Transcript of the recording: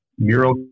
Mural